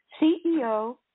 CEO